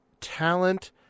Talent